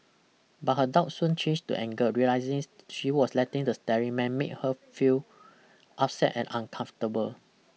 but her doubt soon changed to anger realising she was letting the staring man make her feel upset and uncomfortable